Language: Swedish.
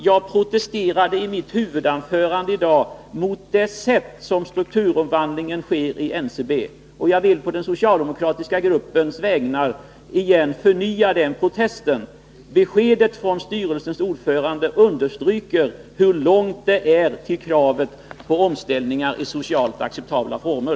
Jag protesterade i mitt huvudanförande i dag mot det sätt på vilket strukturomvandlingen sker i NCB. Jag vill på den socialdemokratiska gruppens vägnar förnya den protesten. Beskedet från styrelsens ordförande understryker hur långt avståndet är till kravet på omställningar i socialt acceptabla former.